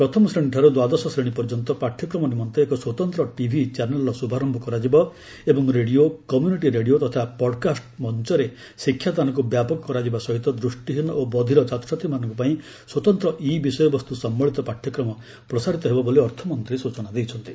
ପ୍ରଥମ ଶ୍ରେଣୀଠାରୁ ଦ୍ୱାଦଶ ଶ୍ରେଣୀ ପାଠ୍ୟକ୍ରମ ନିମନ୍ତେ ଏକ ସ୍ୱତନ୍ତ୍ର ଟିଭି ଚ୍ୟାନେଲ୍ର ଶୁଭାରନ୍ତ କରାଯିବ ଏବଂ ରେଡିଓ କମ୍ୟୁନିଟି ରେଡିଓ ତଥା ପଡ୍କାଷ୍ଟ ମଞ୍ଚରେ ଶିକ୍ଷାଦାନକୁ ବ୍ୟାପକ କରାଯିବା ସହିତ ଦୂଷ୍ଟିହୀନ ଓ ବଧିର ଛାତ୍ରଛାତ୍ରୀମାନଙ୍କ ପାଇଁ ସ୍ୱତନ୍ତ୍ର ଇ ବିଷୟବସ୍ତୁ ସମ୍ଭଳିତ ପାଠ୍ୟକ୍ମ ପ୍ରସାରିତ ହେବ ବୋଲି ଅର୍ଥମନ୍ତ୍ରୀ ସ୍ରଚନା ଦେଇଛନ୍ତି